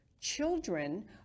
children